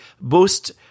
boost